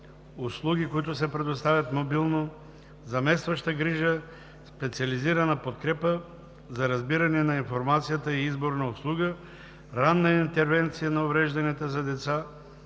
„Услуги, които се предоставят мобилно“, „Заместваща грижа“, „Специализирана подкрепа за разбиране на информацията и избор на услуга“, „Ранна интервенция на уврежданията за деца“,